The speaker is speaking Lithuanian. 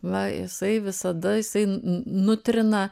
na jisai visada jisai nu nutrina